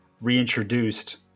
reintroduced